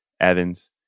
Evans